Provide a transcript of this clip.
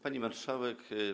Pani Marszałek!